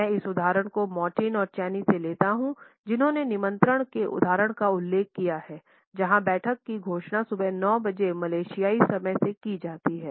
मैं इस उदाहरण को मार्टिन और चैनी से लेता हूं जिन्होंने निमंत्रण के उदाहरण का उल्लेख किया है जहां बैठक की घोषणा सुबह 9 बजे मलेशियाई समय से की जाती है